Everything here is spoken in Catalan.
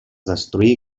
destruí